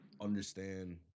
understand